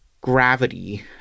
gravity